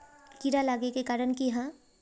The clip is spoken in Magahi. कीड़ा लागे के कारण की हाँ?